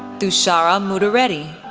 thushara mudireddy,